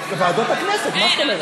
ועדות הכנסת, מה זאת אומרת?